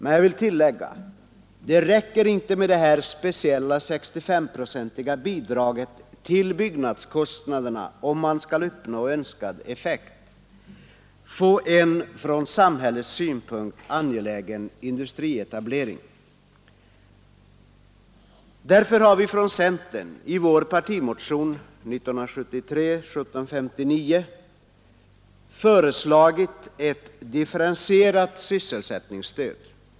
Men jag vill tillägga att det räcker inte med det speciella 65-procentiga bidraget till byggnadskostnaderna om man skall uppnå önskat resultat — få en ur samhällets synpunkt angelägen industrietablering. Därför har vi från centern i vår partimotion 1973:1759 föreslagit ett differentierat sysselsättningsstöd.